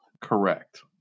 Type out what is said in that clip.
Correct